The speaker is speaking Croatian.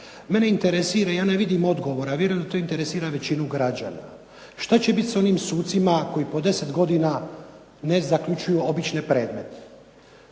Mene interesira i ja ne vidim odgovore, a vjerujem da to interesira većinu građana, šta će bit sa onim sucima koji po deset godina ne zaključuju obične predmete?